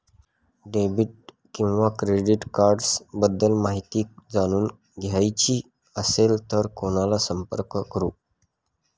Debit किंवा credit cards बद्दल माहिती जाणून घ्यायची असेल तर कोणाला संपर्क करु?